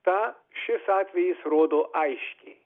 tą šis atvejis rodo aiškiai